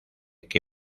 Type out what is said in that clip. que